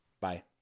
Bye